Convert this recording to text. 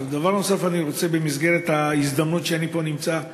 דבר נוסף אני רוצה, בהזדמנות שאני נמצא פה,